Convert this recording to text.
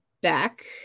back